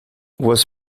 was